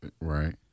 Right